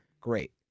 Great